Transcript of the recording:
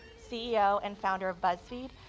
ceo and founder of buzzfeed,